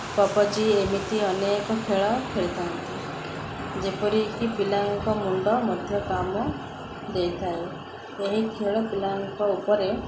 PUBG ଏମିତି ଅନେକ ଖେଳ ଖେଳିଥାନ୍ତି ଯେପରିକି ପିଲାଙ୍କ ମୁଣ୍ଡ ମଧ୍ୟ କାମ ଦେଇଥାଏ ଏହି ଖେଳ ପିଲାଙ୍କ ଉପରେ